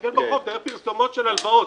תסתכל בחוק ותראה פרסומות של הלוואות.